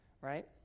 right